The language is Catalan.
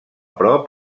prop